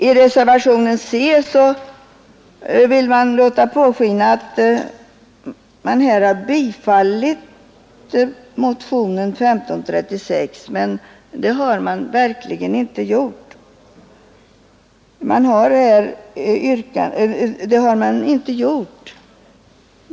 I reservationen vid punkten C vill man låta påskina att motionen 1536 är tillstyrkt genom reservationen vid punkten A, vilket verkligen inte är fallet.